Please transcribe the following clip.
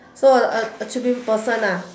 so attribute person ah